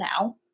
now